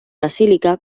basílica